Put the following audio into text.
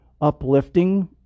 uplifting